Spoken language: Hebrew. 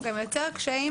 הוא גם יוצר קשיים